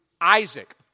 Isaac